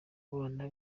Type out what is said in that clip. abana